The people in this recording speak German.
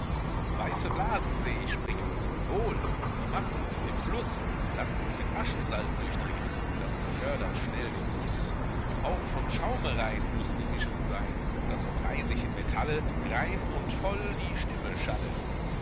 weiße blasen seh ich springen wohl die massen sind im fluß laßt's mit aschensalz durchdringen das befördert schnell den guß auch von schaume rein muß die mischung sein daß vom reinlichen metalle rein und voll die stimme schalle